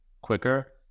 quicker